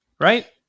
right